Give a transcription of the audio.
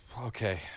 Okay